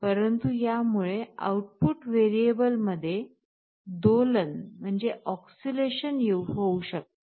परंतु यामुळे आउटपुट व्हेरिएबलमध्ये दोलन होऊ शकत